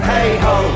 Hey-ho